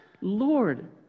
Lord